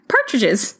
Partridges